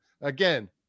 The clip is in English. Again